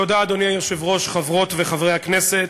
אדוני היושב-ראש, תודה, חברות וחברי הכנסת,